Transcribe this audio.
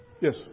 Yes